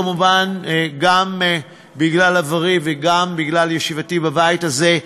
כמובן גם בגלל עברי וגם בגלל ישיבתי בבית הזה,